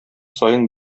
саен